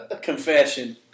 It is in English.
confession